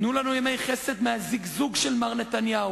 תנו לנו ימי חסד מהזיגזוג של מר נתניהו,